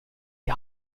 die